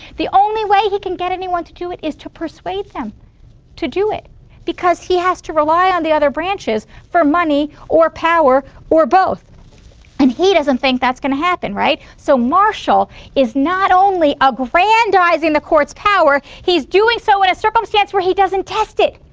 the only way he can get anyone to do it is to persuade them to do it because he has to rely on the other branches for money or power or both and he doesn't think that's going to happen, right, so marshall is not only aggrandizing the court's power, he's doing so in a circumstance where he doesn't test it.